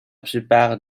plupart